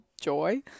joy